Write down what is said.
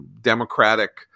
Democratic